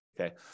Okay